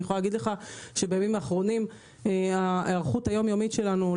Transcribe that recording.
אני יכולה להגיד לך שבימים האחרונים ההיערכות היום-יומית שלנו היא